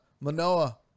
Manoa